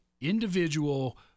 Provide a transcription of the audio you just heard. individual